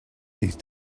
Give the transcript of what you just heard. these